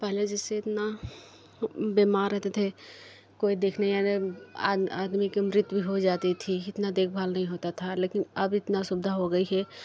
पहले जैसे इतना बीमार रहते थे कोई देखने आ जाए आदमी की मृत्यु हो जाती थी इतना देखभाल नहीं होता था लेकिन अब इतना सुविधा हो गई है